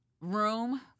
room